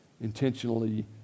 intentionally